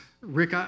Rick